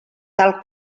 tal